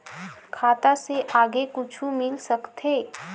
खाता से आगे कुछु मिल सकथे?